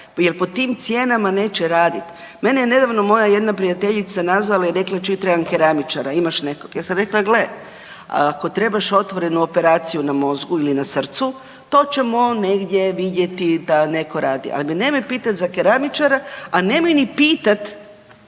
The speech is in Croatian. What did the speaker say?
Jel po tim cijenama neće radit. Mene je nedavno jedna moja prijateljica nazvala i rekla čuj trebam keramičara, imaš nekog? Ja sam rekla, gle, ako trebaš otvorenu operaciju na mozgu ili na srcu to ćemo negdje vidjeti da netko radi, ali me nemoj pitati za keramičara, a nemoj ni pitat